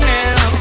now